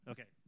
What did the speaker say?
Okay